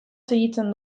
segitzen